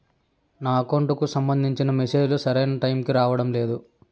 నా అకౌంట్ కు సంబంధించిన మెసేజ్ లు సరైన టైము కి రావడం లేదు